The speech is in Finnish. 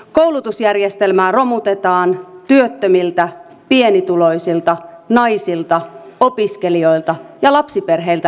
koulutusjärjestelmää romutetaan työttömiltä pienituloisilta naisilta opiskelijoilta ja lapsiperheiltä leikataan